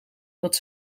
dat